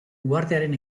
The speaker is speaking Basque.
uhartearen